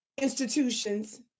institutions